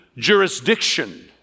jurisdiction